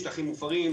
שטחים מופרים,